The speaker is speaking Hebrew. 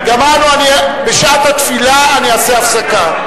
בשעת התפילה אני אעשה הפסקה.